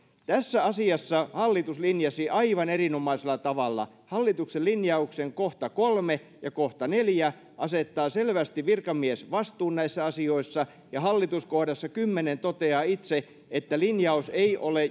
tässä asiassa hallitus linjasi aivan erinomaisella tavalla hallituksen linjauksen kohta kolme ja kohta neljä asettaa selvästi virkamiesvastuun näissä asioissa ja hallitus kohdassa kymmenen toteaa itse että linjaus ei ole